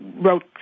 wrote